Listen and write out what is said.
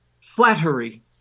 flattery